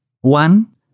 one